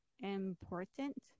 important